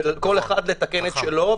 וכל אחד לתקן את שלו.